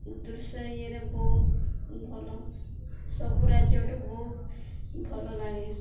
ଦୃଶ ଏରେ ବହୁତ ଭଲ ସବୁ ରାଜ୍ୟଠୁ ବହୁତ ଭଲ ଲାଗେ